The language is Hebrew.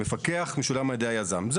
המפקח משולם על ידי היזם,